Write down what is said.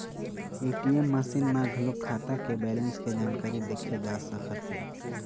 ATM machine म घलोक खाता के बेलेंस के जानकारी देखे जा सकत हे